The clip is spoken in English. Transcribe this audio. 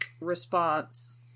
response